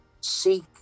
seek